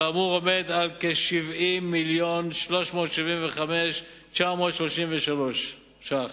כאמור, הוא כ-70 מיליון ו-375,993 שקלים.